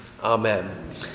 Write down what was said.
Amen